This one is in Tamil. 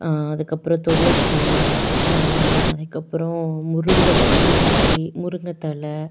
அதுக்கப்புறம் துளசி அதுக்கப்புறம் முருங்கை முருங்கைக்கீ முருங்கை தலை